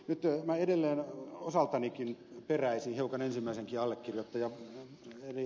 nyt minä edelleen osaltanikin peräisin hiukan ensimmäisenkin allekirjoittajan eli ed